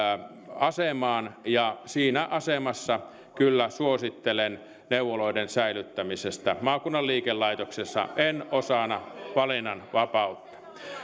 asemaan ja siinä asemassa kyllä suosittelen neuvoloiden säilyttämistä maakunnan liikelaitoksessa en osana valinnanvapautta